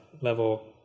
level